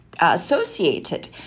associated